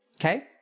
Okay